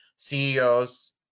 CEOs